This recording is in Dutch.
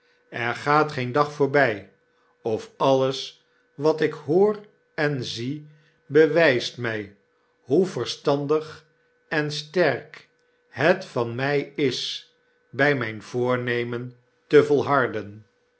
er gaat geen dag voorby of alles wat ik hoor en zie bewijst my hoe verstandig en sterk het van mij is by mijn voornemen te volharden